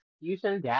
Houston